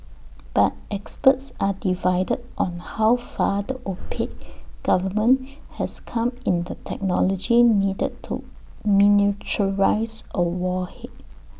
but experts are divided on how far the opaque government has come in the technology needed to miniaturise A warhead